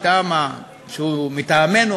שהוא מטעמנו,